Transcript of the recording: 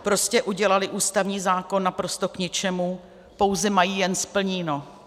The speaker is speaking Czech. Prostě udělali ústavní zákon naprosto k ničemu, pouze mají jen splněno.